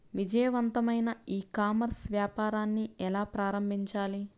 విజయవంతమైన e commerce వ్యాపారాన్ని ఎలా ప్రారంభించాలి?